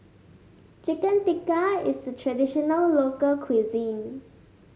Chicken Tikka is a traditional local cuisine